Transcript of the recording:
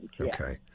Okay